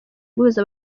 guhuza